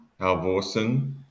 alvorsen